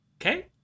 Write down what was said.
okay